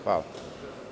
Hvala.